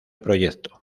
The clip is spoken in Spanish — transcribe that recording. proyecto